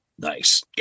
Nice